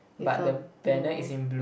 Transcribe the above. with a blue